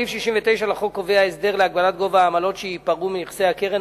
סעיף 69 לחוק קובע הסדר להגבלת גובה העמלות שייפרעו מנכסי הקרן.